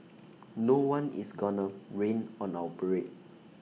no one is gonna rain on our parade